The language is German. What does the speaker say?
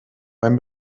beim